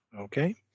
Okay